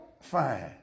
fine